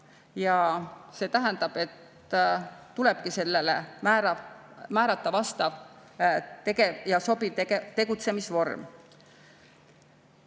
ja see tähendab, et tulebki sellele määrata vastav ja sobiv tegutsemisvorm.